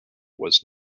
was